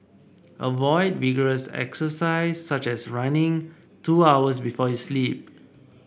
avoid vigorous exercise such as running two hours before you sleep